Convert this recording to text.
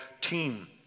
team